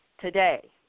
today